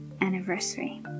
anniversary